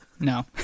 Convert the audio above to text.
no